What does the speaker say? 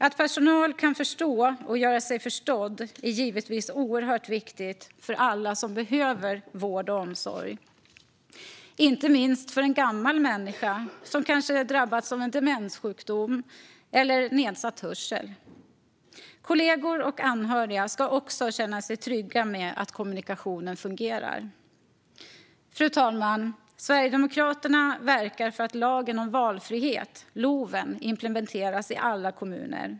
Att personal kan förstå och göra sig förstådd är givetvis oerhört viktigt för alla som behöver vård och omsorg, inte minst för en gammal människa som kanske drabbats av en demenssjukdom eller nedsatt hörsel. Kollegor och anhöriga ska också känna sig trygga med att kommunikationen fungerar. Fru talman! Sverigedemokraterna verkar för att lagen om valfrihet, LOV, implementeras i alla kommuner.